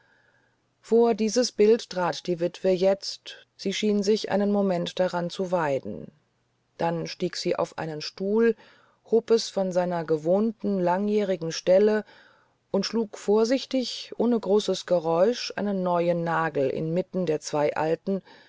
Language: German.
vor dieses bild trat die witwe jetzt sie schien sich einen moment daran zu weiden dann stieg sie auf einen stuhl hob es von seiner gewohnten langjährigen stelle und schlug vorsichtig ohne großes geräusch einen neuen nagel inmitten der zwei alten